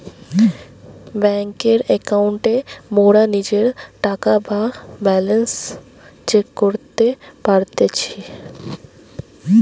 বেংকের একাউন্টে মোরা নিজের টাকা বা ব্যালান্স চেক করতে পারতেছি